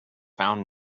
found